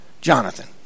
Jonathan